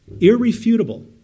irrefutable